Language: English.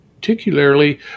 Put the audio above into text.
particularly